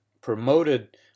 promoted